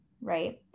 right